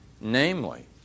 Namely